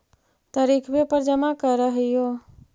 तरिखवे पर जमा करहिओ?